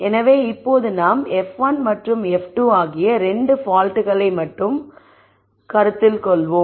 எனவே இப்போது நாம் f1 மற்றும் f2 ஆகிய 2 பால்ட்களை மட்டும் கருத்தில் கொள்வோம்